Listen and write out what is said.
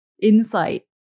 insight